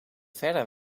verder